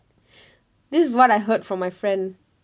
this is what I heard from my friend